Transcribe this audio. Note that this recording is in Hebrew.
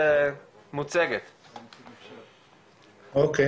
הרשות למלחמה